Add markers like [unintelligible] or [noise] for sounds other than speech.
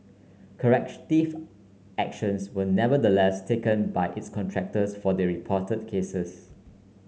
[unintelligible] actions were nevertheless taken by its contractors for the reported cases